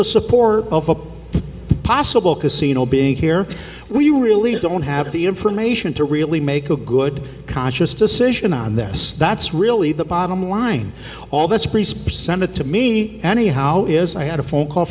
the support of a possible casino being here where you really don't have the information to really make a good conscious decision on this that's really the bottom line all this priest percent to me anyhow is i had a phone call